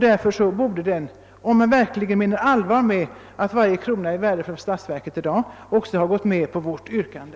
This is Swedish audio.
Därför borde man, om man menar allvar med talet om att varje krona är värdefull för statsverket i dag, ha gått med på vårt yrkande.